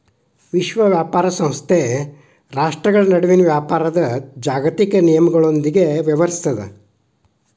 ವಿಶ್ವ ವ್ಯಾಪಾರ ಸಂಸ್ಥೆ ರಾಷ್ಟ್ರ್ಗಳ ನಡುವಿನ ವ್ಯಾಪಾರದ್ ಜಾಗತಿಕ ನಿಯಮಗಳೊಂದಿಗ ವ್ಯವಹರಿಸುತ್ತದ